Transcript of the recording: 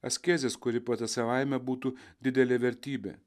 askezės kuri pati savaime būtų didelė vertybė